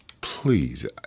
please